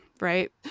right